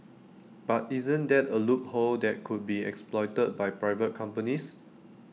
but isn't that A loophole that could be exploited by private companies